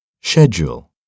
Schedule